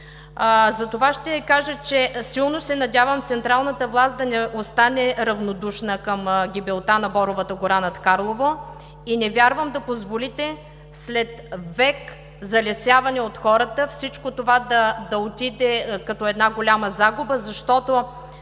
Ще кажа, че силно се надявам централната власт да не остане равнодушна към гибелта на боровата гора над Карлово и не вярвам да позволите след век залесяване от хората всичко това да отиде като една голяма загуба, защото